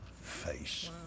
face